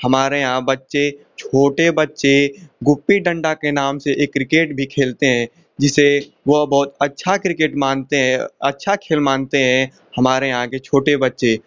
हमारे यहाँ बच्चे छोटे बच्चे गुप्पी डंडा के नाम से एक किर्केट भी खेलते हैं जिसे वो बहुत अच्छा किर्केट मानते हैं अच्छा खेल मानते हैं हमारे यहाँ के छोटे बच्चे